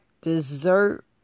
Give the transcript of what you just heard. dessert